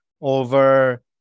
over